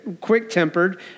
quick-tempered